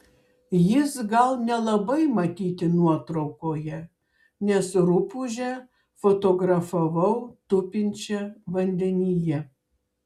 jis gal nelabai matyti nuotraukoje nes rupūžę fotografavau tupinčią vandenyje